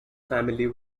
family